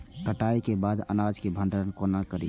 कटाई के बाद अनाज के भंडारण कोना करी?